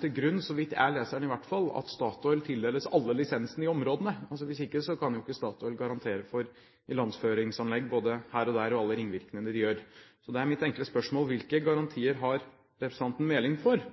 til grunn, så vidt jeg leser den, at Statoil tildeles alle lisensene i områdene. Hvis ikke kan jo ikke Statoil garantere for ilandføringsanlegg både her og der og alle ringvirkningene, slik de gjør. Da er mitt enkle spørsmål: Hvilke garantier har representanten Meling for